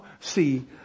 see